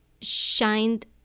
shined